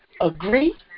agree